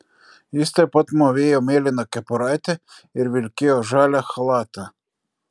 jis taip pat mūvėjo mėlyną kepuraitę ir vilkėjo žalią chalatą